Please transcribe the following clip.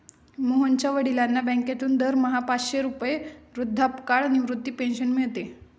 मोहनच्या वडिलांना बँकेतून दरमहा पाचशे रुपये वृद्धापकाळ निवृत्ती पेन्शन मिळते